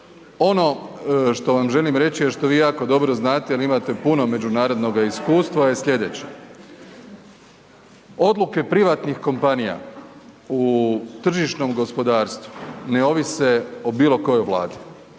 Ono što vam želim reći i što vi jako dobro znate jel imate puno međunarodnoga iskustva je sljedeće, odluke privatnih kompanija u tržišnom gospodarstvu ne ovise o bilo kojoj vladi.